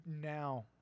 now